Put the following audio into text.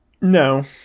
no